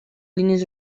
línies